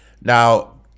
Now